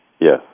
Yes